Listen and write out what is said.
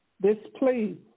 displeased